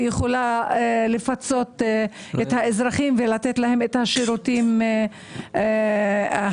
יכולה לפצות את האזרחים ולתת להם שירותים ראויים.